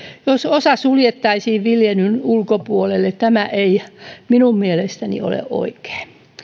jos osa suljettaisiin viljelyn ulkopuolelle tämä ei minun mielestäni olisi oikein